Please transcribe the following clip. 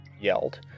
yelled